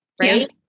Right